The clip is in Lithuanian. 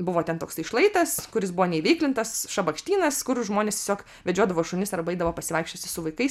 buvo ten toksai šlaitas kuris buvo neįveiklintas šabakštynas kur žmonės tiesiog vedžiodavo šunis arba eidavo pasivaikščioti su vaikais